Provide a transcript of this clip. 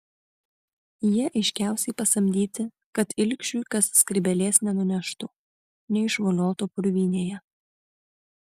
jie aiškiausiai pasamdyti kad ilgšiui kas skrybėlės nenuneštų neišvoliotų purvynėje